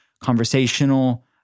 conversational